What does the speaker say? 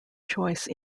choice